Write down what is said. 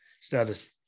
status